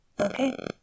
Okay